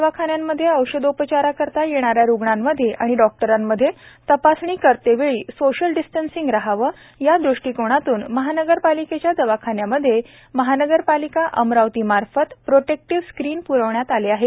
दवाखान्यामध्ये औषधोपचाराकरीता येणा या रुग्णांमध्ये व डॉक्टरांमध्ये तपासणी करतेवेळी सोशल डिस्टंसींग राहावे यादृष्टीकोनातून महानगरपालिकेच्या दवाखान्यामध्ये महानगरपालिका अमरावती मार्फत प्रोटेक्टीव्ह स्क्रिन पुरविण्यात आलेली आहे